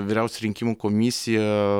vyriausia rinkimų komisija